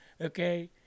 Okay